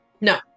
No